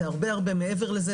זה הרבה הרבה מעבר לזה.